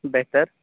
بہتر